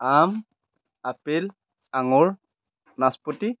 আম আপেল আঙুৰ নাচপতি